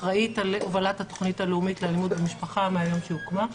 אני אחראית על הובלת התוכנית הלאומית לאלימות במשפחה מהיום שהוקמה.